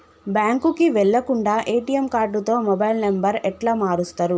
బ్యాంకుకి వెళ్లకుండా ఎ.టి.ఎమ్ కార్డుతో మొబైల్ నంబర్ ఎట్ల మారుస్తరు?